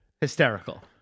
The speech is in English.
hysterical